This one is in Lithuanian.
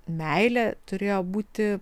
meilė turėjo būti